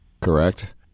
correct